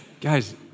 Guys